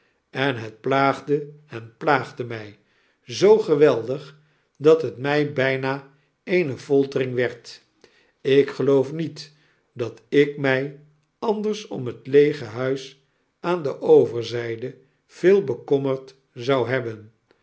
en het plaagde en plaagde my zoo geweldig dat het my byna eene foltering werd ik geloof niet dat ik mij anders om het leege huis aan de overzyde veel bekommerd zou hebben